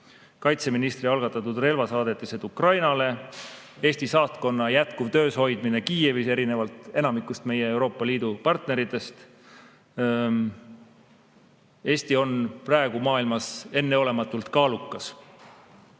Kaitseministri algatatud relvasaadetised Ukrainale, Eesti saatkonna jätkuv töös hoidmine Kiievis erinevalt enamikust meie Euroopa Liidu partneritest – Eesti on praegu maailmas enneolematult kaalukas.